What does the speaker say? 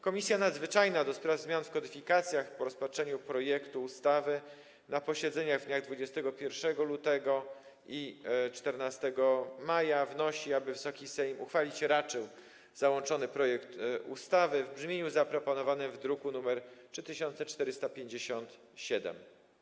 Komisja Nadzwyczajna do spraw zmian w kodyfikacjach po rozpatrzeniu projektu ustawy na posiedzeniach w dniach 21 lutego i 14 maja wnosi, aby Wysoki Sejm uchwalić raczył załączony projekt ustawy w brzmieniu zaproponowanym w druku nr 3457.